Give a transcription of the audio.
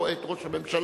רואה את ראש הממשלה.